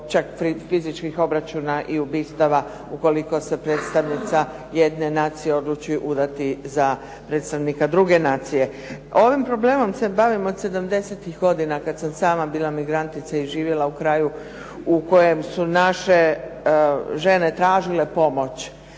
čak fizičkih obračuna i ubistava ukoliko se predstavnica jedne nacije odluči udati za predstavnika druge nacije. Ovim problemom se bavim od sedamdesetih godina kad sam sama bila migrantica i živjela u kraju u kojem su naše žene tražile pomoć.